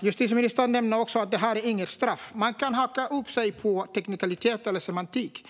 Justitieministern nämner också att detta inte är något straff. Man kan haka upp sig på teknikaliteter och semantik,